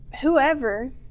whoever